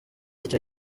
icyo